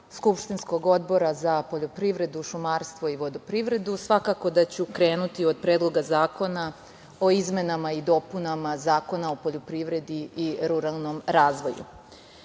skupštinskog Odbora za poljoprivredu, šumarstvo i vodoprivredu, svakako da ću krenuti od Predloga zakona o izmenama i dopunama Zakona o poljoprivredi i ruralnom razvoju. Na